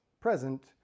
present